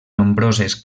nombroses